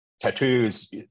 tattoos